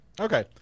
Okay